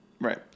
right